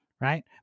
right